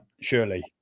surely